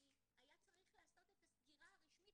כי היה צריך לעשות את הסגירה הרשמית